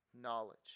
knowledge